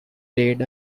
played